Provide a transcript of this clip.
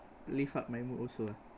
lift up my mood also ah